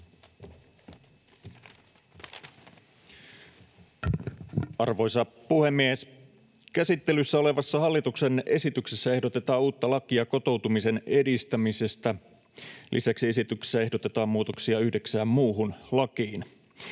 Arvoisa puhemies! Käsittelyssä olevassa hallituksen esityksessä ehdotetaan uutta lakia kotoutumisen edistämisestä. Lisäksi esityksessä ehdotetaan muutoksia yhdeksään muuhun lakiin.